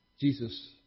Jesus